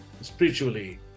spiritually